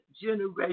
generation